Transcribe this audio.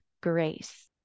grace